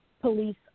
police